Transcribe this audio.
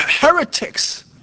heretics